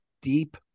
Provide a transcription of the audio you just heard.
deep